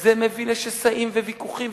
זה מביא לשסעים וויכוחים,